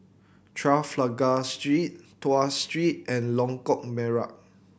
Trafalgar Street Tuas Street and Lengkok Merak